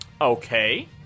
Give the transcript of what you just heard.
Okay